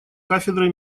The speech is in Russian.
кафедрой